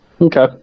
Okay